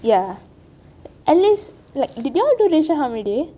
ya at least did you all do racial harmony day